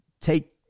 take